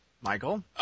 Michael